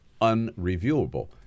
unreviewable